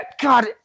God